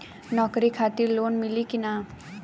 नौकरी खातिर लोन मिली की ना?